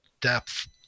depth